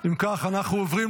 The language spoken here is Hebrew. אם כך, חבריי